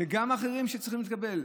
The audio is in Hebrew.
וגם אחרים שצריכים להתקבל.